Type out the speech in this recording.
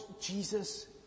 Jesus